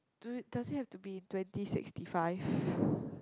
do does it have to be twenty sixty five